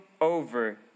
over